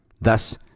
Thus